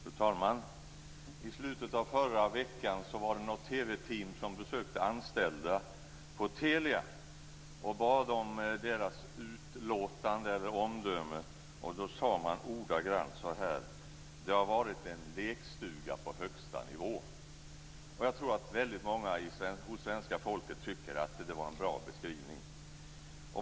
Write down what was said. Fru talman! I slutet av förra veckan besökte ett TV-team anställda vid Telia och bad om deras utlåtande eller omdöme. Då sade de ordagrant så här: Det har varit en lekstuga på högsta nivå. Jag tror att väldigt många i svenska folket tycker att det var en bra beskrivning.